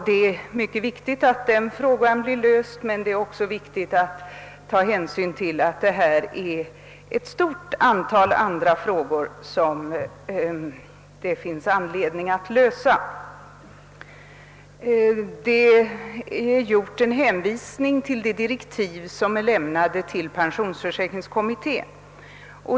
Det är visserligen angeläget att frågorna för gruppen hemarbetande blir lösta, men man måste ta hänsyn till att också ett stort antal andra frågor kräver sin lösning. I utskottets skrivning görs en hänvisning till direktiven för pensionsförsäkringskommittén.